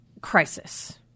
crisis